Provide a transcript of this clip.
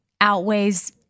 outweighs